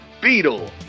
Beetle